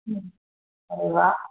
हम्म अड़े वाह